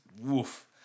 woof